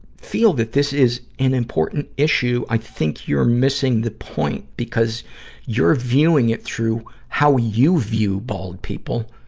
feel that this is an important issue, i think you're missing the point. because you're viewing it through how you view bald people,